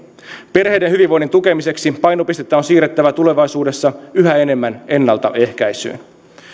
perheiden hyvinvoinnin tukemiseksi painopistettä on siirrettävä tulevaisuudessa yhä enemmän ennaltaehkäisyyn